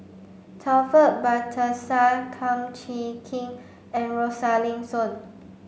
Taufik Batisah Kum Chee Kin and Rosaline Soon